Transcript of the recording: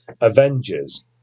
Avengers